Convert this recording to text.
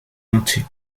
noche